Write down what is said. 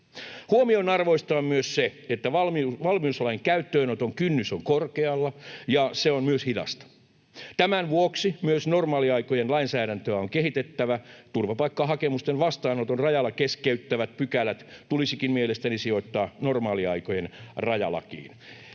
Huomionarvoista on myös se, että valmiuslain käyttöönoton kynnys on korkealla ja se on myös hidasta. Tämän vuoksi myös normaaliaikojen lainsäädäntöä on kehitettävä. Turvapaikkahakemusten vastaanoton rajalla keskeyttävät pykälät tulisikin mielestäni sijoittaa normaaliaikojen rajalakiin.